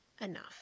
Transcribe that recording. enough